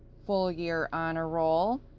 full year honor roll,